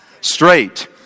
Straight